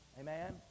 Amen